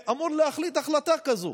שאמור להחליט החלטה כזאת.